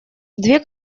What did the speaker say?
две